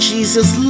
Jesus